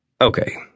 Okay